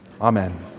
Amen